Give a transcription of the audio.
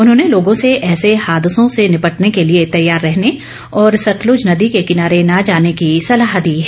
उन्होंने लोर्गों से ऐसे हादसों से निपटने के लिए तैयार रहने और सतलुज नदी के किनारे न जाने की सलाँह दी है